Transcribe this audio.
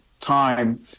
time